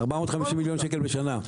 450 מיליון שקלים בשנה.